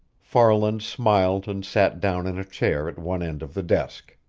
farland smiled and sat down in a chair at one end of the desk.